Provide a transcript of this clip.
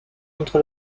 entre